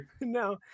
no